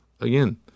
again